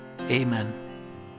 Amen